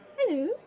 Hello